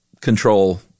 control